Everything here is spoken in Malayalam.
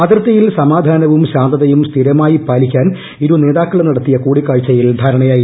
അതിർത്തിയിൽ സമാധാനവും ശാന്തതും സ്ഥിരമായി പാലിക്കാൻ ഇരുനേതാക്കളും നടത്തിയ കൂടിക്കാഴ്ചയിൽ ധാരണയായി